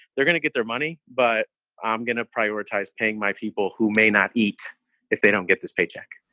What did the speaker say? they're going to get their money, but i'm going to prioritize paying my people who may not eat if they don't get this paycheck.